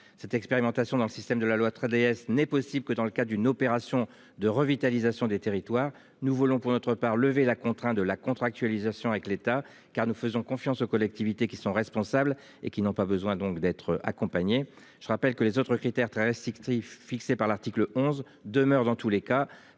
cette expérimentation dans le système de la loi 3DS n'est possible que dans le cas d'une opération de revitalisation des territoires, nous voulons, pour notre part, lever la contraint de la contractualisation avec l'État, car nous faisons confiance aux collectivités qui sont responsables et qui n'ont pas besoin donc d'être accompagnés. Je rappelle que les autres critères très instructif fixées par l'article 11 demeure dans tous les cas